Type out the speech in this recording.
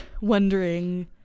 wondering